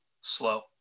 slow